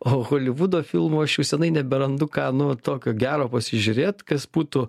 o holivudo filmų aš jau senai neberandu ką nu tokio gero pasižiūrėt kas būtų